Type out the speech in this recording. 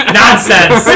nonsense